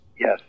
Yes